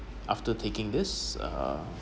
after taking this uh